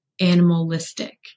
animalistic